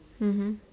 mmhmm